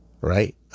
right